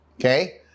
Okay